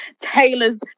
Taylor's